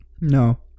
No